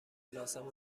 لازم